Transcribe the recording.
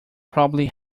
probably